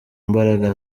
mbaraga